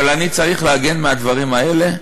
אבל אני צריך להגן מהדברים האלה?